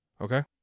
Okay